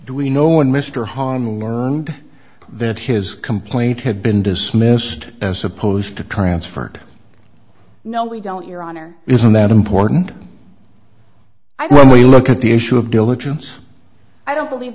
do we know when mr harmon learned that his complaint had been dismissed as opposed to transferred no we don't your honor isn't that important i don't really look at the issue of diligence i don't believe